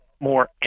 more